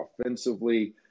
offensively